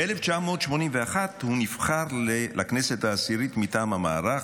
ב-1981 הוא נבחר לכנסת העשירית מטעם המערך,